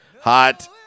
hot